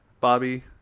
Bobby